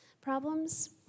problems